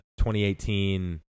2018